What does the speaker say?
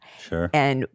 Sure